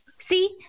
See